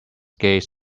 gaze